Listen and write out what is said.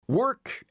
Work